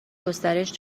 گسترش